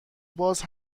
باز